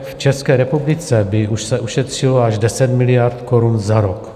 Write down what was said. V České republice by už se ušetřilo až 10 miliard korun za rok.